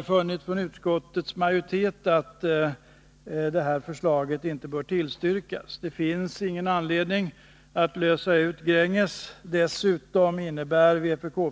Utskottsmajoriteten har funnit att förslaget inte bör tillstyrkas. Det finns ingen anledning att lösa ut Gränges. Dessutom är det omöjligt att genomföra